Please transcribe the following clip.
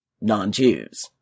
non-Jews